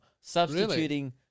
Substituting